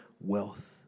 wealth